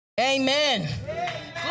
Amen